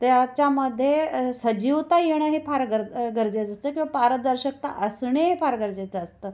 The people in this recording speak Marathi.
त्याच्यामध्ये सजीवता येणं हे फार गर गरजेचं असतं किंवा पारदर्शकता असणे हे फार गरजेचं असतं